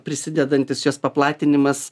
prisidedantis jos paplatinimas